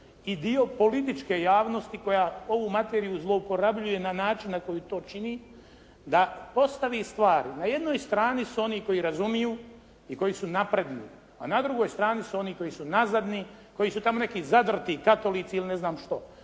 i dio političke javnosti koja ovu materiju zlouporablja na način na koji to čini da postavi stvar. Na jednoj strani su oni koji razumiju i koji su napredni, a na drugoj strani su oni koji su nazadni, koji su tamo neki zadrti katolici ili ne znam što.